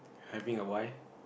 having a why